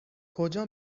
کجا